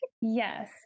Yes